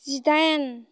जिदाइन